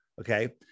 okay